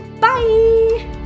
Bye